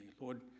Lord